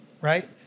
right